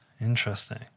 Interesting